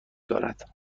دارد